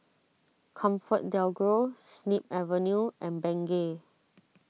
ComfortDelGro Snip Avenue and Bengay